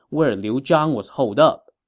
where liu zhang was holed up.